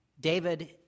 David